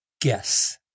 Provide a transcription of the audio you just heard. guess